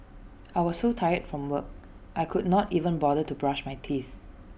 I was so tired from work I could not even bother to brush my teeth